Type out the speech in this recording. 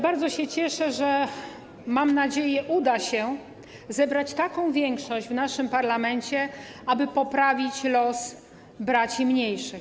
Bardzo się cieszę, że, mam nadzieję, uda się zebrać taką większość w naszym parlamencie, żeby poprawić los braci mniejszych.